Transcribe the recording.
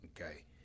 Okay